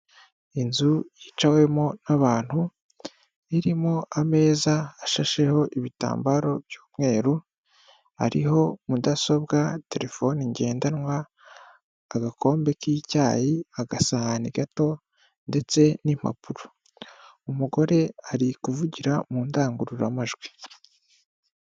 Inzu yicawemo n'abantu irimo ameza ashasheho ibitambaro by'umweru hariho mudasobwa telefoni ngendanwa agakombe k'icyayi agasahani gato ndetse n'impapuro, umugore ari kuvugira mu ndangururamajwi.